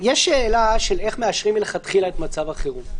יש שאלה של איך מאשרים מלכתחילה את מצב החירום.